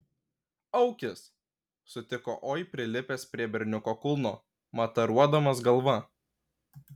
aukis sutiko oi prilipęs prie berniuko kulno mataruodamas galva